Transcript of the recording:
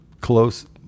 close